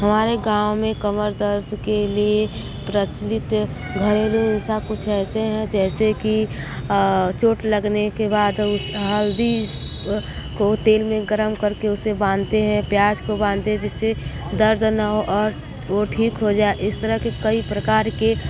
हमारे गाँव में कमर दर्द के लिए प्रचलित घरेलू उसा कुछ ऐसे हैं जैसे कि चोट लगने के बाद उस हल्दी को तेल में गरम करके उसे बांधते हैं प्याज को बांधते हैं जिससे दर्द न हो और वो ठीक हो जाए इस तरह के कई प्रकार के